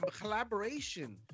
collaboration